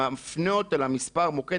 הוא מפנה אותו למספר המוקד,